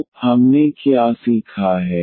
तो हमने क्या सीखा है